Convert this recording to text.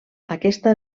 aquesta